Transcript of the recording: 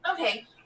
Okay